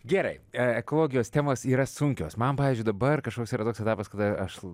gerai e ekologijos temos yra sunkios man pavyzdžiui dabar kažkoks yra toks etapas kada aš